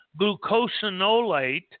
glucosinolate